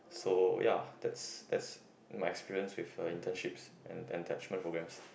so ya that's that's my experience with uh internships and attachment programmes